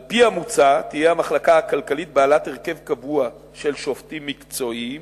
על-פי המוצע תהיה המחלקה הכלכלית בעלת הרכב קבוע של שופטים מקצועיים,